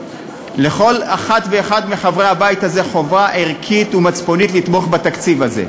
לכל אחת ואחד מחברי הבית הזה יש חובה ערכית ומצפונית לתמוך בתקציב הזה.